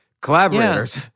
collaborators